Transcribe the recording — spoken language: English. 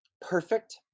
perfect